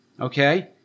Okay